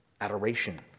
adoration